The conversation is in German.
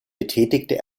betätigte